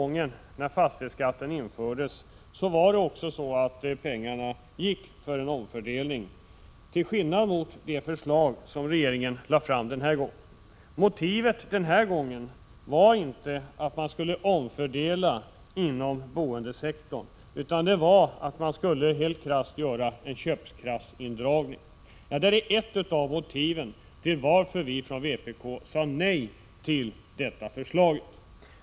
När fastighetsskatten infördes gick också pengarna till omfördelningen, till skillnad mot det förslag som regeringen lagt fram den här gången. Motivet den här gången har inte varit att omfördela inom boendesektorn utan att helt krasst göra en köpkraftsindragning. Detta är en av anledningarna till varför vi från vpk sagt nej till förslaget.